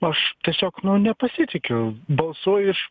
aš tiesiog nu nepasitikiu balsuoju iš